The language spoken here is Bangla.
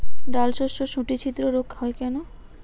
ডালশস্যর শুটি ছিদ্র রোগ হয় কেন?